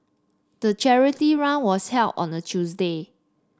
the charity run was held on a Tuesday